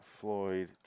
Floyd